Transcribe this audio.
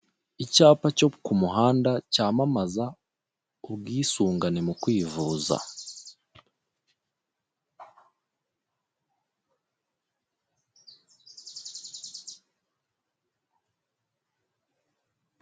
Icyapa cyo ku muhanda cyamamaza ubwisungane mu kwivuza.